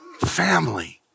Family